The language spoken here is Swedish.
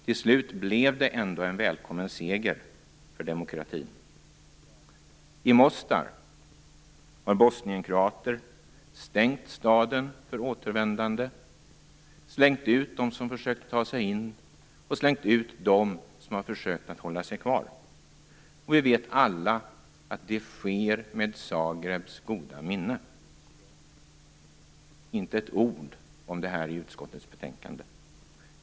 Till slut blev det ändå en välkommen seger för demokratin. I Mostar har bosnienkroater stängt staden för återvändande, slängt ut dem som försökt ta sig in och slängt ut dem som försökt hålla sig kvar. Vi vet alla att detta sker med Zagrebs goda minne. Inte ett ord om detta sägs i utskottets betänkande.